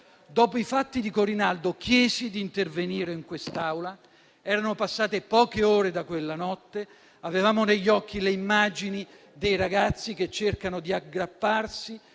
Dopo i fatti di Corinaldo, chiesi di intervenire in quest'Aula. Erano passate poche ore da quella notte e avevamo negli occhi le immagini dei ragazzi che cercavano di aggrapparsi